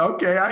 Okay